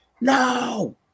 no